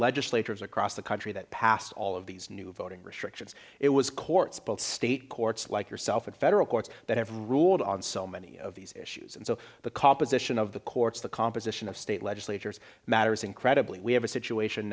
legislatures across the country that passed all of these new voting restrictions it was courts both state courts like yourself and federal courts that have ruled on so many of these issues and so the composition of the courts the composition of state legislatures matters incredibly we have a situation